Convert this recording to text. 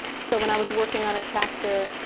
so when i was working on a chapter,